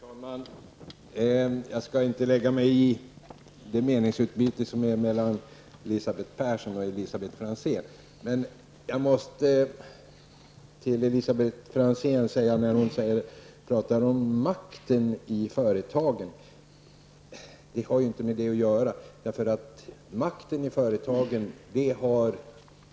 Herr talman! Jag skall inte lägga mig i meningsutbytet mellan Elisabeth Persson och Jag måste säga till Elisabet Franzén, som pratar om makten i företagen, att detta ju inte har med det att göra. Makten i företagen har